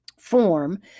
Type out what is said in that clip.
form